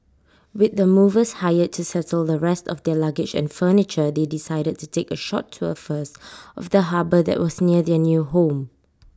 with the movers hired to settle the rest of their luggage and furniture they decided to take A short tour first of the harbour that was near their new home